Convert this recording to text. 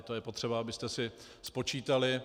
To je potřeba, abyste si spočítali.